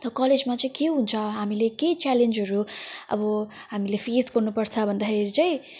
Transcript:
अनि त कलेजमा चाहिँ के हुन्छ हामीले के च्यालेन्जहरू अब हामीले फेस गर्नुपर्छ भन्दाखेरि चाहिँ